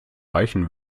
reichen